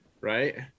right